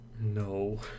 no